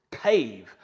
cave